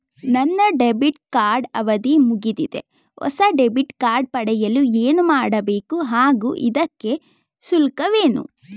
ನನ್ನ debit card ಅವಧಿ ಮುಗಿದಿದೆ ಹೊಸ ಡೆಬಿಟ್ ಕಾರ್ಡ್ ಪಡೆಯಲು ಏನು ಮಾಡಬೇಕು ಹಾಗೂ ಇದಕ್ಕೆ ಶುಲ್ಕವೇನು?